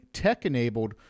tech-enabled